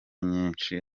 nyinshi